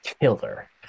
Killer